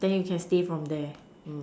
then you can stay from there